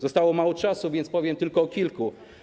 Zostało mało czasu, więc powiem tylko o kilku.